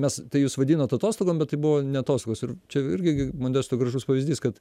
mes tai jūs vadinat atostogom bet tai buvo ne atostogos ir čia irgi modesto gražus pavyzdys kad